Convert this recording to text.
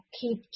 keep